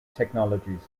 technologies